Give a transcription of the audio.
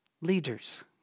leaders